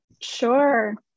Sure